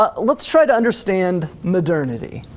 ah let's try to understand modernity.